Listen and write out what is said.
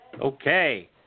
Okay